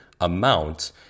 amount